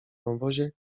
wąwozie